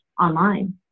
online